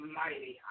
mighty